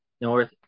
North